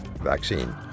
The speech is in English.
vaccine